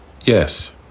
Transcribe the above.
Yes